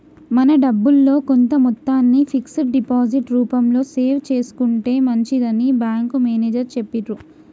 మన డబ్బుల్లో కొంత మొత్తాన్ని ఫిక్స్డ్ డిపాజిట్ రూపంలో సేవ్ చేసుకుంటే మంచిదని బ్యాంకు మేనేజరు చెప్పిర్రు